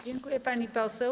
Dziękuję, pani poseł.